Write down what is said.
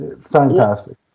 fantastic